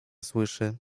słyszy